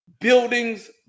buildings